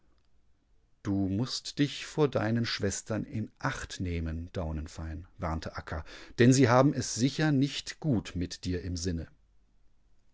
du mußt dich vor deinen schwestern in acht nehmen daunenfein warnte akka denn sie haben es sicher nicht gut mit dir im sinne